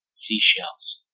seashells,